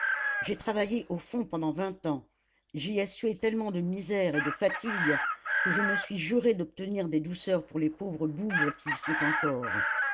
j'ai travaillé au fond pendant vingt ans j'y ai sué tellement de misère et de fatigue que je me suis juré d'obtenir des douceurs pour les pauvres bougres qui y sont encore